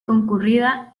concurrida